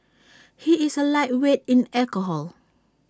he is A lightweight in alcohol